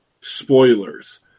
spoilers